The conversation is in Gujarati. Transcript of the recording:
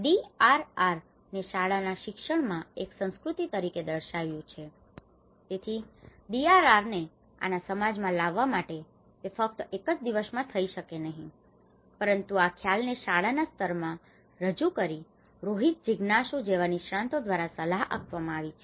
ડીઆરઆર ને શાળાના શિક્ષણમાં એક સંસ્કૃતિ તરીકે દર્શાવાઈ રહ્યું છે તેથી ડીઆરઆર ને આના સમાજ માં લાવવા માટે તે ફક્ત એક દિવસ માં થઇ શકે નહિ પરંતુ આ ખ્યાલોને શાળા ના સ્તરમાં રજુ કરી ને રોહિત જીજ્ઞાશુ જેવા નિષ્ણાંતો દ્વારા સલાહ આપવામાં આવી છે